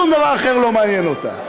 שום דבר אחר לא מעניין אותה.